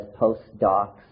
postdocs